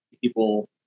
people